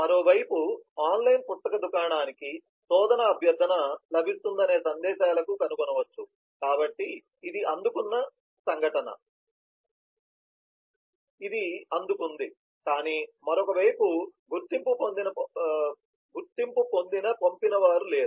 మరోవైపు ఆన్లైన్ పుస్తక దుకాణానికి శోధన అభ్యర్థన లభిస్తుందనే సందేశాలను కనుగొనవచ్చు కాబట్టి ఇది అందుకున్న సంఘటన ఇది అందుకుంది కానీ మరొక వైపు గుర్తింపు పొందిన పంపినవారు లేరు